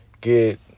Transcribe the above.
get